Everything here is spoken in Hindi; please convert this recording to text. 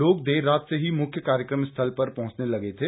लोग देर रात से ही मुख्य कार्यक्रम स्थल पर पहुंचने लगे थे